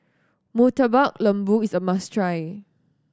Murtabak Lembu is a must try